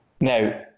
Now